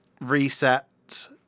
Reset